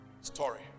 story